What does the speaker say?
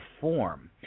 form